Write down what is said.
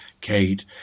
kate